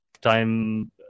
time